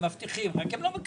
הם מבטיחים, רק הם לא מקיימים.